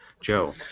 Joe